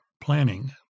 planning